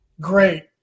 great